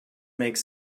makes